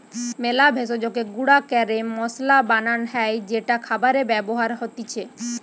মেলা ভেষজকে গুঁড়া ক্যরে মসলা বানান হ্যয় যেটা খাবারে ব্যবহার হতিছে